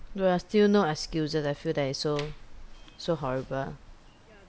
well still no excuses I feel that it's so so horrible